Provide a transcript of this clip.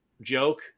joke